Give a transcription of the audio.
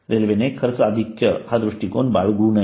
रेल्वेने खर्च अधिक्य हा दृष्टिकोन बाळगू नये